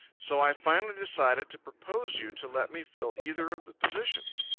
so i finally decided to propose you to let me fill either of the positions.